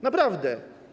Naprawdę.